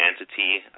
entity